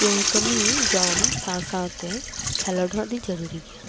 ᱛᱚ ᱠᱟᱹᱢᱤ ᱡᱚᱢ ᱥᱟᱶ ᱥᱟᱶᱛᱮ ᱠᱷᱮᱞᱳᱰ ᱦᱚᱸ ᱟᱹᱰᱤ ᱡᱚᱨᱩᱨᱤ ᱜᱮᱭᱟ